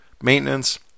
Maintenance